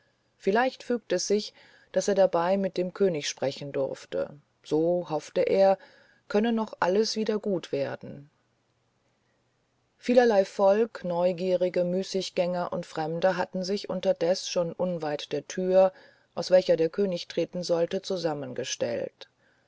vielleicht fügte es sich daß er dabei mit dem könig sprechen durfte so hoffte er könne noch alles wieder gut werden vielerlei volk neugierige müßiggänger und fremde hatten sich unterdes schon unweit der tür aus welcher der könig treten sollte zusammengestellt